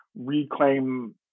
reclaim